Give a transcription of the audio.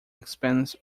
expense